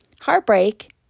Heartbreak